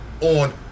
On